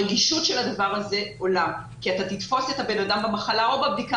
הרגישות של הדבר הזה עולה כי אתה תתפוס את הבן אדם במחלה או בבדיקה